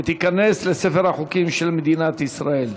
ותיכנס לספר החוקים של מדינת ישראל.